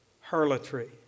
harlotry